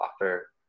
offer